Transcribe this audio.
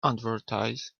advertise